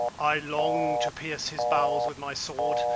i long to pierce his bowels with my sword,